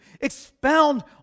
expound